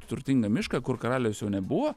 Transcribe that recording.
turtingą mišką kur karaliaus jau nebuvo